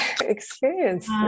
experience